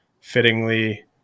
fittingly